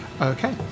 Okay